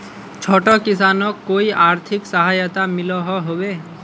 छोटो किसानोक कोई आर्थिक सहायता मिलोहो होबे?